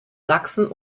sachsen